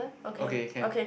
okay can